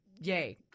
yay